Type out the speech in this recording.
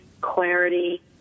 clarity